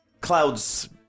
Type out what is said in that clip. clouds